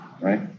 right